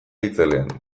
itzelean